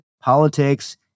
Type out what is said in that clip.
politics